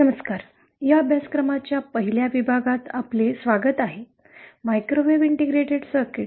नमस्कार या अभ्यासक्रमाच्या पहिल्या विभागात आपले स्वागत आहे मायक्रोवेव्ह इंटिग्रेटेड सर्किट